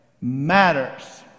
matters